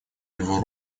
него